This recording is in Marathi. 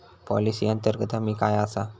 पॉलिसी अंतर्गत हमी काय आसा?